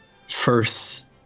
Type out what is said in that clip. first